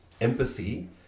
empathy